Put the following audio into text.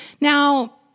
Now